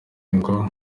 ngo